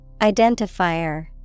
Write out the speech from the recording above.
Identifier